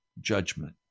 judgment